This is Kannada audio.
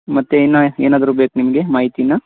ಮತ್ತೆ ಇನ್ನೂ ಏನಾದರೂ ಬೇಕು ನಿಮಗೆ ಮಾಹಿತಿನಾ